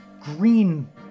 green